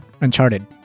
Uncharted